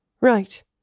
Right